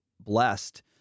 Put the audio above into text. blessed